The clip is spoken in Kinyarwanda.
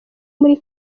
muri